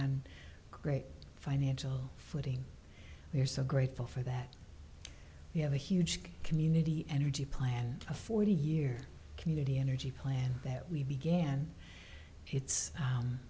a great financial footing we're so grateful for that you have a huge community energy plan a forty year community energy plan that we began its